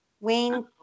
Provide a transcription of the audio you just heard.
wayne